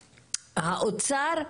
האוצר,